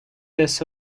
this